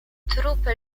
trupy